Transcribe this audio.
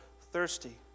thirsty